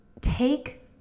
take